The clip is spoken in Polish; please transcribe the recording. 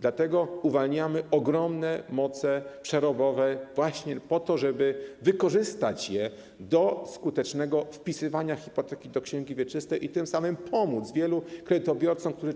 Dlatego uwalniamy ogromne moce przerobowe właśnie po to, żeby wykorzystać je do skutecznego wpisywania hipotek do ksiąg wieczystych i tym samym pomóc wielu kredytobiorcom, którzy